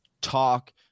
talk